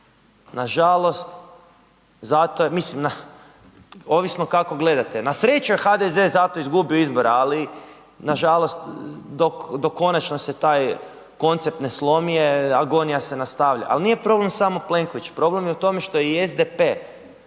Nažalost, zato, mislim ovisno kako gledate, na sreću je HDZ zato izgubio izbore, ali nažalost dok konačno se taj koncept ne slomi agonija se nastavlja. Ali nije problem samo Plenković problem je u tome što je i SDP